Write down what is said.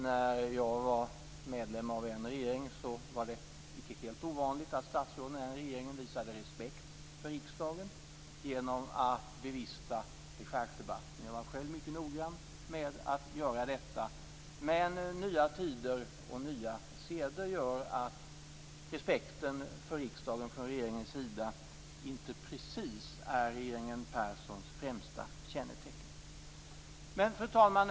När jag var medlem av en regering var det icke helt ovanligt att statsråd i den regeringen visade respekt för riksdagen genom att bevista dechargedebatten. Jag var själv mycket noggrann med att göra detta. Men nya tider och nya seder gör att respekten för riksdagen från regeringens sida inte precis är regeringen Perssons främsta kännetecken. Fru talman!